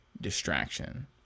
distraction